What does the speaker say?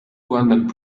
rwandan